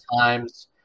times